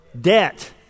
Debt